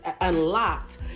unlocked